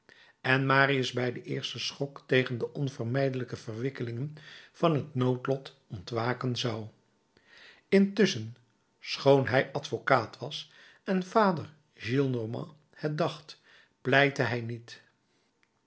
en marius bij den eersten schok tegen de onvermijdelijke verwikkelingen van het noodlot ontwaken zou intusschen schoon hij advocaat was en vader gillenormand het dacht pleitte hij niet